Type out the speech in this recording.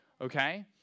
okay